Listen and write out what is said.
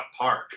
park